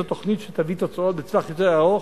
זאת תוכנית שתביא תוצאות בטווח יותר ארוך.